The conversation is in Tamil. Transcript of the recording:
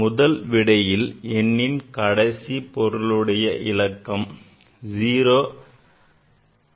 முதல் விடையில் எண்ணின் கடைசி பொருளுடைய இலக்கம் 0 அல்ல 5 ஆகும்